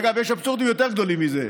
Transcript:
אגב, יש אבסורדים יותר גדולים מזה.